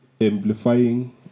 amplifying